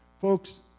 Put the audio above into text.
Folks